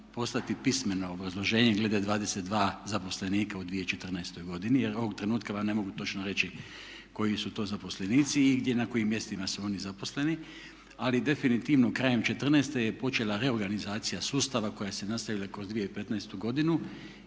poslati pismeno obrazloženje glede 22 zaposlenika u 2014. godini, jer ovog trenutka vam ne mogu točno reći koji su to zaposlenici i gdje, na kojim mjestima su oni zaposleni. Ali definitivno, krajem 2014. je počela reorganizacija sustava koja se nastavila kroz 2015. godinu.